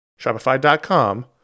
Shopify.com